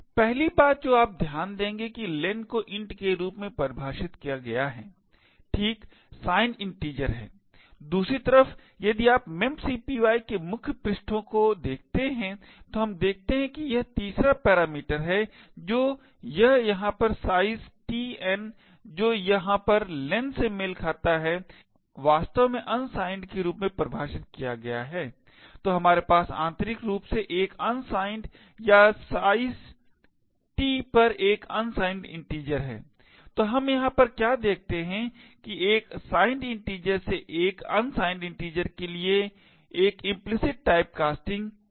पहली बात जो आप ध्यान देंगे कि len को int के रूप में परिभाषित किया गया है ठीक signed integer है दूसरी तरफ यदि आप memcpy के मुख्य पृष्ठों को देखते हैं तो हम देखते हैं कि यह तीसरा पैरामीटर है जो यह यहां पर size t n जो यहाँ पर len से मेल खाता है वास्तव में unsigned के रूप में परिभाषित किया गया है तो हमारे पास आंतरिक रूप से एक unsigned या size t एक unsigned integer है तो हम यहाँ पर क्या देखते हैं कि एक signed integer से एक unsigned integer के लिए एक इम्प्लिसिट टाइप कास्टिंग है